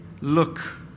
look